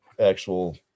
actual